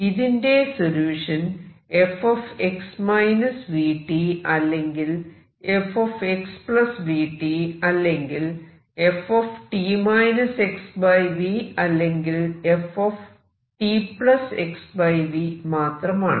ഇതിന്റെ solution fx vt അല്ലെങ്കിൽ fx vt അല്ലെങ്കിൽ ft xv അല്ലെങ്കിൽ ftxv മാത്രമാണ്